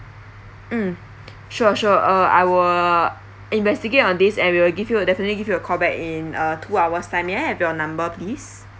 mm sure sure uh I'll investigate on this and we'll give you definitely give you a call back in uh two hours time may I have your number please